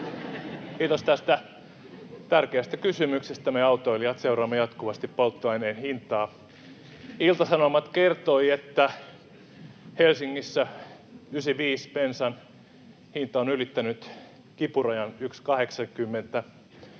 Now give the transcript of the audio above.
Kiitos tästä tärkeästä kysymyksestä. Me autoilijat seuraamme jatkuvasti polttoaineen hintaa. Ilta-Sanomat kertoi, että Helsingissä 95-bensan hinta on ylittänyt kipurajan 1,80